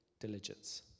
diligence